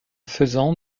faisan